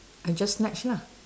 I just snatch lah